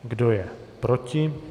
Kdo je proti?